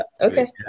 Okay